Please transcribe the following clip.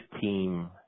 team